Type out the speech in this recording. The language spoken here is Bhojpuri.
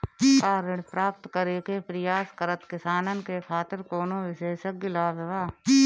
का ऋण प्राप्त करे के प्रयास करत किसानन के खातिर कोनो विशेष लाभ बा